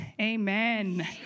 amen